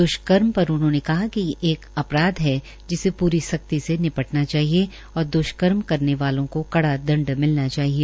द्वष्कर्म पर उन्होंने कहा कि ये एक अपराध है जिसे प्री सख्ती से निपटना चाहिए और द्वष्कर्म करने वाले को कड़ा दंड मिलना चाहिए